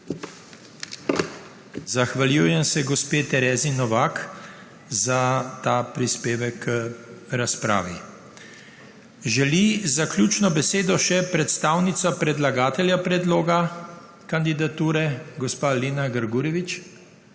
Zahvaljujem se gospe Terezi Novak za ta prispevek k razpravi. Želi zaključno besedo še predstavnica predlagatelja predloga kandidature gospa Lena Grgurevič?